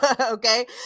Okay